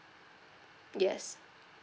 yes